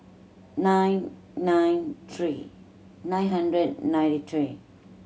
nine nine three nine hundred ninety three